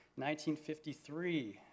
1953